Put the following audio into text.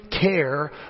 care